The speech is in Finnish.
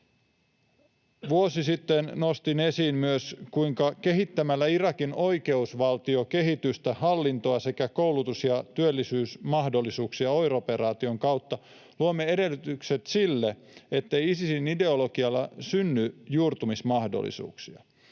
Vuosi sitten nostin esiin myös, kuinka kehittämällä Irakin oikeusvaltiokehitystä, hallintoa sekä koulutus- ja työllisyysmahdollisuuksia OIR-operaation kautta luomme edellytykset sille, ettei Isisin ideologialle synny juurtumismahdollisuuksia,